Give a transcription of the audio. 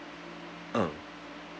um